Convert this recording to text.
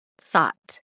thought